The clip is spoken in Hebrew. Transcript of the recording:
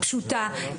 פשוטה,